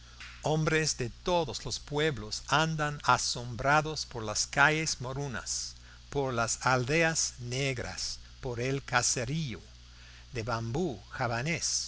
hombres de todos los pueblos andan asombrados por las calles morunas por las aldeas negras por el caserío de bambú